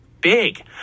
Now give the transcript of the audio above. big